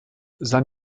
san